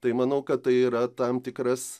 tai manau kad tai yra tam tikras